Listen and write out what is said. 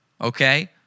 Okay